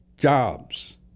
jobs